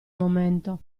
momento